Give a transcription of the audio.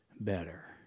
better